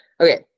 Okay